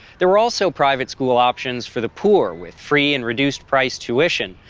there were also private school options for the poor, with free and reduced-price tuition.